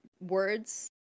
words